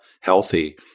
healthy